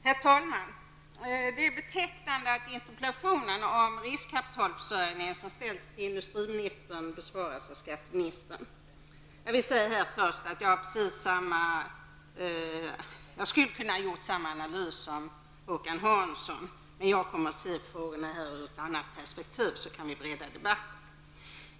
Herr talman! Det är betecknande att interpellationen om riskkapitalförsörjningen, som ställts till industriministern besvaras av skatteministern. Jag vill först säga att jag skulle ha kunnat göra samma analys som Håkan Hansson. Men jag kommer att se frågorna ur ett annat perspektiv, så att vi kan bredda debatten.